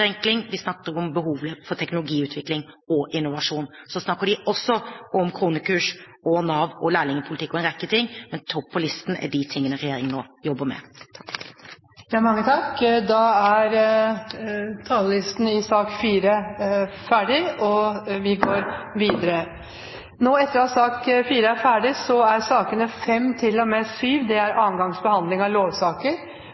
snakker om behovet for teknologiutvikling og innovasjon. Så snakker de også om kronekurs, Nav, lærlingpolitikk og en rekke ting, men på topp på listen er de tingene regjeringen nå jobber med. Sak nr. 4 er dermed ferdigbehandlet. Ingen har bedt om ordet. Ingen har bedt om ordet. Ingen har bedt om ordet. Da er vi klare til å gå til votering. I sakene nr. 2–4 foreligger det